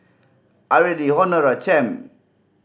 Areli Honora Champ